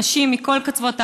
נשים מכל קצוות הארץ,